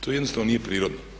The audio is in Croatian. To jednostavno nije prirodno.